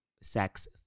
Sex